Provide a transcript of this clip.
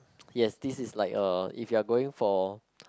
yes this is like a if you are going for